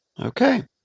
Okay